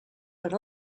per